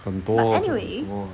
很多很多